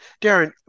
Darren